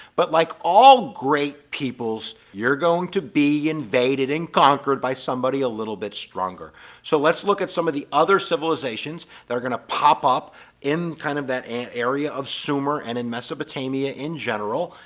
but like all great peoples you're going to be invaded and conquered by somebody a little bit stronger so let's look at some of the other civilizations that are going to pop up in kind of that an area of sumer and in mesopotamia in general,